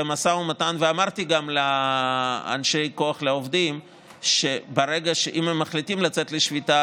ואמרתי גם לאנשי כוח לעובדים שאם הם מחליטים לצאת לשביתה,